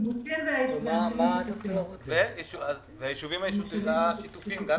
קיבוצים ויישובים שיתופיים.